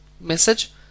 message